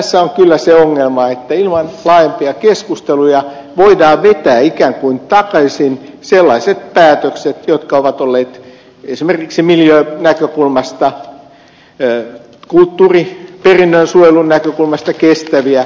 tässä on kyllä se ongelma että ilman laajempia keskusteluja voidaan vetää ikään kuin takaisin sellaiset päätökset jotka ovat olleet esimerkiksi miljöönäkökulmasta kulttuuriperinnön suojelun näkökulmasta kestäviä